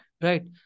right